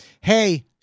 Hey